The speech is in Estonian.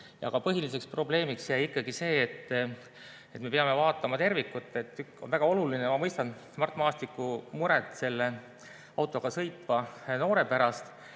Aga põhiliseks probleemiks jäi ikkagi see, et me peame vaatama tervikut. See tükk on väga oluline ja ma mõistan Mart Maastiku muret [mopeed]autoga sõitva noore pärast,